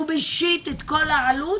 שהוא משית את כל העלות